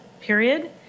period